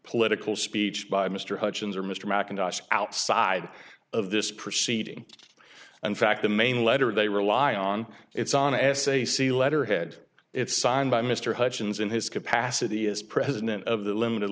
political speech by mr hutchens or mr mcintosh outside of this proceeding and fact the main letter they rely on it's on a s a c letterhead it's signed by mr hudgens in his capacity as president of the limited